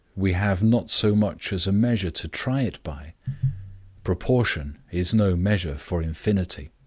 we have not so much as a measure to try it by proportion is no measure for infinity.